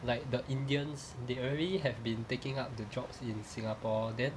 like the indians they already have been taking up the jobs in singapore then